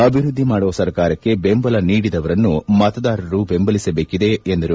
ಅಭಿವೃದ್ಧಿ ಮಾಡುವ ಸರ್ಕಾರಕ್ಕೆ ಬೆಂಬಲ ನೀಡಿದವರನ್ನು ಮತದಾರರು ಬೆಂಬಲಿಸಬೇಕಿದೆ ಎಂದರು